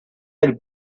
del